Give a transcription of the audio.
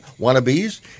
wannabes